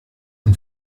und